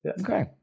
Okay